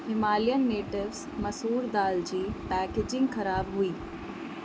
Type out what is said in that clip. Himalayan natives मसूर दालि जी पैकेजिंग ख़राबु हुई